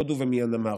הודו ומיאנמר.